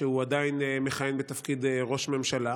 שהוא עדיין מכהן בתפקיד ראש ממשלה,